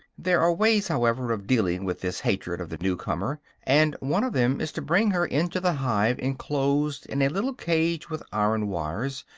there are ways, however, of dealing with this hatred of the new-comer and one of them is to bring her into the hive enclosed in a little cage with iron wires,